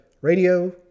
radio